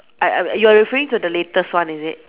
I I you're referring to the latest one is it